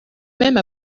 même